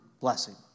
blessing